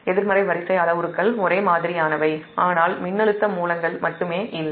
எதிர்மறை வரிசை அளவுருக்கள் ஒரே மாதிரியானவை ஆனால் மின்னழுத்த மூலங்கள் மட்டுமே இல்லை